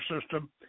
system